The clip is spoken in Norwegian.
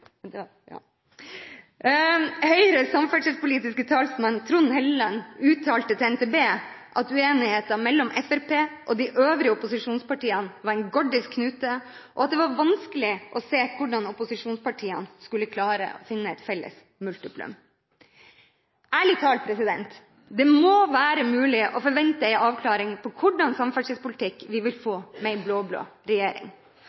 opposisjonspartiene var en gordisk knute, og at det var vanskelig å se hvordan opposisjonspartiene skulle klare å finne et felles multiplum. Ærlig talt, det må være mulig å forvente en avklaring om hva slags samferdselspolitikk vi vil få med en blå-blå regjering.